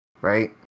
Right